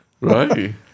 Right